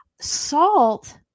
Salt